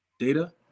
Data